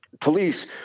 police